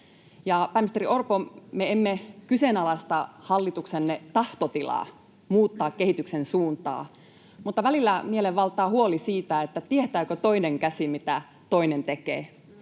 Pääministeri Orpo, me emme kyseenalaista hallituksenne tahtotilaa muuttaa kehityksen suuntaa, mutta välillä mielen valtaa huoli siitä, tietääkö toinen käsi, mitä toinen tekee.